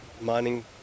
mining